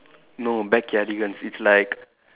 no Backyardigans it's like